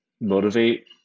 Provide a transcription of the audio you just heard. motivate